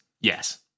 Yes